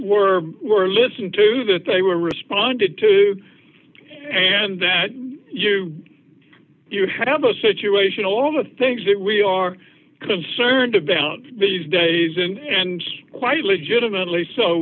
were were listened to that they were responded to and that you you have a situation all the things that we are concerned about these days and and quite legitimately so